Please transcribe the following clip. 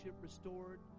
restored